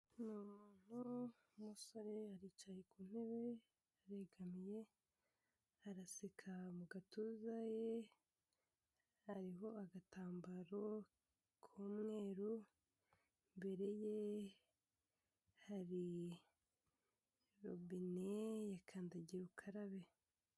Umuntu w'umusore aricaye ku ntebe yegamiye, arasika mu gatuza he, hariho agatambaro k'umweru, imbere ye hari robine ya kandagira ukarabe.